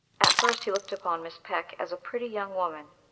at first he looked upon miss peck as a pretty young woman,